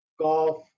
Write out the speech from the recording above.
golf